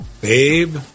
babe